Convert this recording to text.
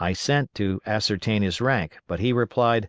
i sent to ascertain his rank, but he replied